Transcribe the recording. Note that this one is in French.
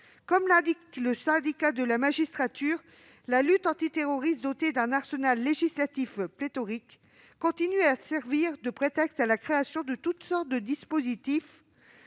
Comme l'indique le Syndicat de la magistrature, la lutte antiterroriste, dotée d'un arsenal législatif pléthorique, continue à servir de prétexte à la création de toutes sortes de dispositifs